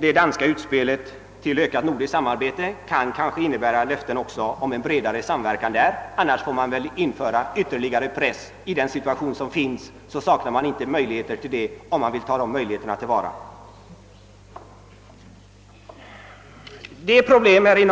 Det danska utspelet för att åstadkomma ökat nordiskt samarbete kanske kan innebära ett löfte också om en bredare samverkan därvidlag. Annars får väl tillgripas ytterligare press. I den föreliggande situationen saknas inte möjligheter till det, om man vill tillvarata